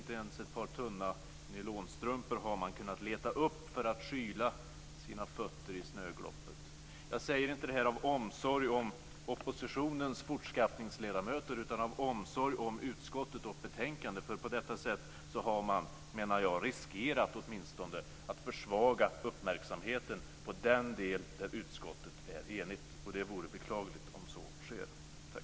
Inte ens ett par tunna nylonstrumpor har man kunnat leta upp för att skyla sina fötter i snögloppet. Jag säger inte det här av omsorg om oppositionens ledamöter, utan av omsorg om utskottet och betänkandet. På detta sätt menar jag att man åtminstone har riskerat att försvaga uppmärksamheten på den del där utskottet är enigt, och det vore beklagligt om så sker.